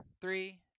Three